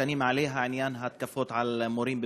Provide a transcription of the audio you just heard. שאני מעלה את עניין ההתקפות על מורים בבתי-הספר.